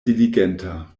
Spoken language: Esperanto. diligenta